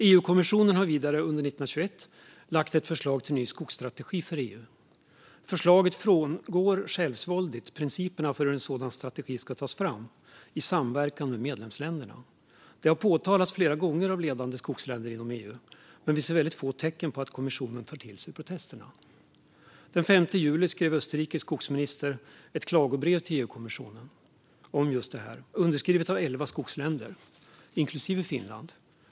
EU-kommissionen har vidare under 2021 lagt fram ett förslag till ny skogsstrategi för EU. Förslaget frångår självsvåldigt principerna för hur en sådan strategi ska tas fram i samverkan med medlemsländerna. Detta har påtalats flera gånger av ledande skogsländer inom EU, men vi ser väldigt få tecken på att kommissionen tar till sig protesterna. Den 5 juli skrev Österrikes skogsminister ett klagobrev till EU-kommissionen om detta, underskrivet av elva skogsländer, inklusive Finland.